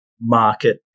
market